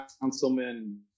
councilman